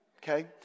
Okay